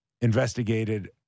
investigated